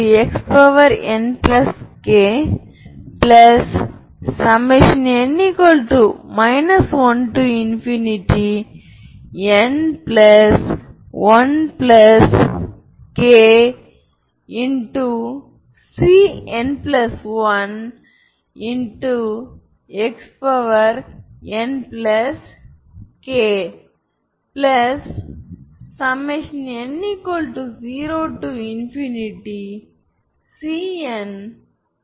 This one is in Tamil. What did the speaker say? λ1≠ λ2 வித்தியாசமாக பிறகு Av11v1 மற்றும் Av22v2 ஏனெனில் v2 என்பது 2 ஐகென் மதிப்பு உடன் தொடர்புடைய ஐகென் வெக்டார் நாம் v1v2ஐ காட்ட வேண்டும் அது 12என்று கொடுக்கப்பட்டுள்ளது